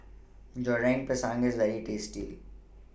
Goreng Pisang IS very tasty